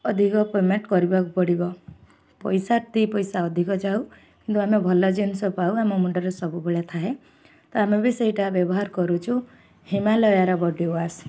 ଅଧିକ ପେମେଣ୍ଟ କରିବାକୁ ପଡ଼ିବ ପଇସା ଦୁଇ ପଇସା ଅଧିକ ଯାଉ କିନ୍ତୁ ଆମେ ଭଲ ଜିନିଷ ପାଉ ଆମ ମୁଣ୍ଡରେ ସବୁବେଳେ ଥାଏ ତ ଆମେ ବି ସେଇଟା ବ୍ୟବହାର କରୁଛୁ ହିମାଳୟର ବଡ଼ିୱାଶ୍